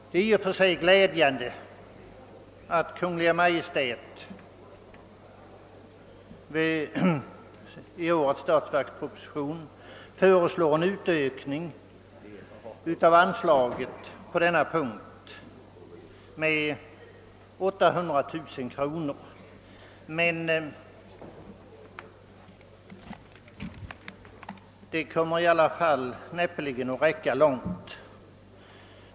Det är i och för sig glädjande att Kungl. Maj:t i årets statsverksproposition föreslår en uppräkning av anslaget på denna punkt med 800 000 kronor, men det nu föreslagna anslaget kommer ändå näppeligen att räcka långt.